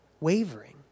wavering